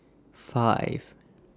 five